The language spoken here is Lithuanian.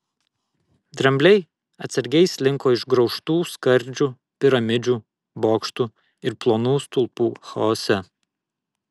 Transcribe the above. drambliai atsargiai slinko išgraužtų skardžių piramidžių bokštų ir plonų stulpų chaose